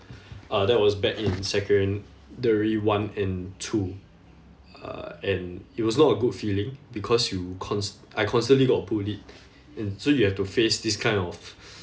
uh that was back in secondary one and two uh and it was not a good feeling because you const~ I constantly got bullied and so you have to face this kind of